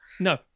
No